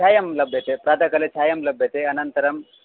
छायं लभ्यते प्रातःकाले छायं लभ्यते अनन्तरम्